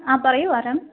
ആ പറയൂ ആരാണ്